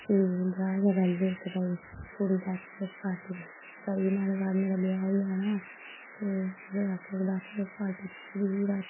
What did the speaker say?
कि ब्याह् शा पैह्लें इक भई कुड़ी वैचुलर्स पार्टी रखदी कि भई नुआढ़े बाद मेरा ब्याह् होई जाना ते ओह्दे आस्तै इक वैचुलर्स पार्टी रक्खी दी रातीं